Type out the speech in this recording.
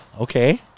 Okay